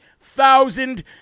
thousand